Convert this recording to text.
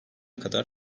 kadar